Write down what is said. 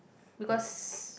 because